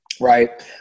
right